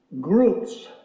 groups